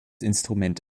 instrument